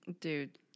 Dude